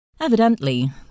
Evidently